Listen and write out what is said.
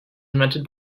invented